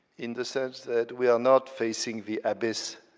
in the sense that we are not facing the abyss,